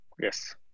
yes